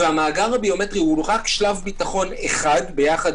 והמאגר הביומטרי הוא רק שלב ביטחון אחד יחד